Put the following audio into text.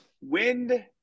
Wind